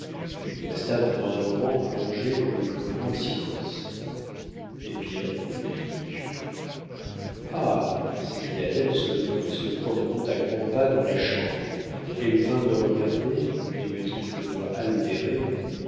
nous restâmes pendant un moment plongés dans le plus profond silence hé bien lui dis-je ah s'écria-t-elle en se levant et se promenant à grands pas dans la chambre elle vint me regarder et me dit d'une voix altérée